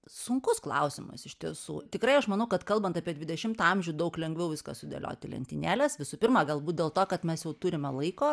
sunkus klausimas iš tiesų tikrai aš manau kad kalbant apie dvidešimtą amžių daug lengviau viską sudėliot į lentynėles visų pirma galbūt dėl to kad mes jau turime laiko